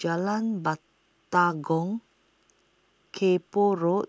Jalan Batalong Kay Poh Road